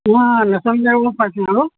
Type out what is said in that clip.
অঁ national award পাইছিল আৰু